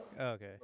okay